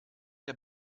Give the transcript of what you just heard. der